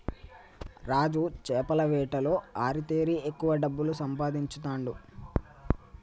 రాజు చేపల వేటలో ఆరితేరి ఎక్కువ డబ్బులు సంపాదించుతాండు